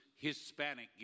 Hispanic